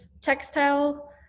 textile